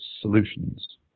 solutions